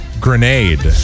Grenade